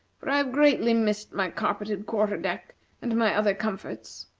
for i have greatly missed my carpeted quarter-deck and my other comforts.